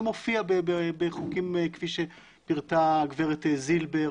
זה מופיע בחוקים כפי שפירטה גב' זילבר,